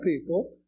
people